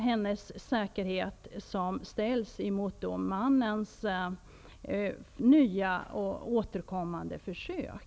Hennes säkerhet ställs mot mannens nya och återkommande försök.